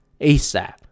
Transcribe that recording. ASAP